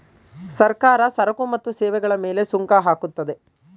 ಸರ್ಕಾರ ಸರಕು ಮತ್ತು ಸೇವೆಗಳ ಮೇಲೆ ಸುಂಕ ಹಾಕುತ್ತದೆ